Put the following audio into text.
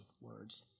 words